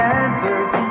answers